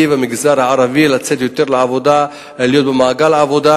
ולמגזר הערבי לצאת יותר לעבודה ולהיות במעגל העבודה.